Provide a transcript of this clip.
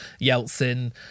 Yeltsin